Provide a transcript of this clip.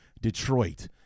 Detroit